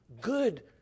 good